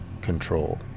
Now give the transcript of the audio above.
control